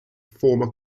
former